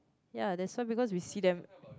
ya that's why because we see them